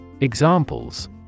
Examples